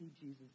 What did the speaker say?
Jesus